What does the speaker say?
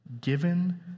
given